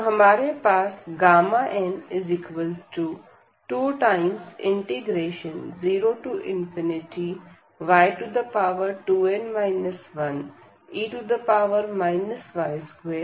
तो हमारे पास n20y2n 1e y2dy